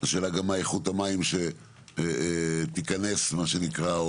השאלה גם מה איכות המים שתיכנס מה שנקרא,